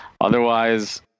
otherwise